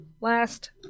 last